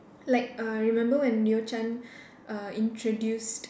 like uh remember when Leo-Chan uh introduced